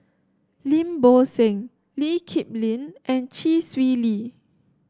Lim Bo Seng Lee Kip Lin and Chee Swee Lee